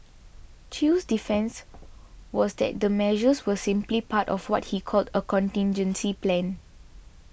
Chew's defence was that the measures were simply part of what he called a contingency plan